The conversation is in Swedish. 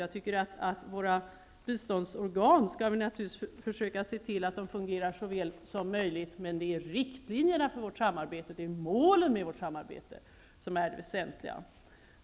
Jag tycker att våra biståndsorgan naturligtvis skall försöka se till att de fungerar så väl som möjligt, men det är riktlinjerna för och målen med vårt samarbete som är det väsentliga.